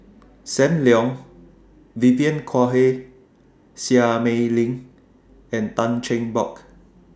SAM Leong Vivien Quahe Seah Mei Lin and Tan Cheng Bock